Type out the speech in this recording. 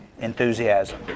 enthusiasm